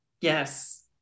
Yes